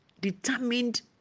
determined